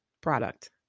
product